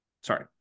Sorry